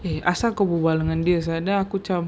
eh asal kau berbual dengan dia sia then aku macam